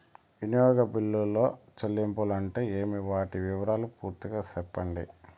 వినియోగ బిల్లుల చెల్లింపులు అంటే ఏమి? వాటి వివరాలు పూర్తిగా సెప్పండి?